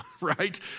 right